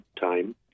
time